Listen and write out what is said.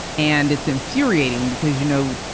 and it's infuriating because, you know,